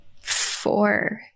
Four